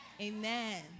Amen